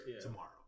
tomorrow